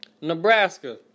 Nebraska